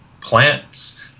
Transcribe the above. plants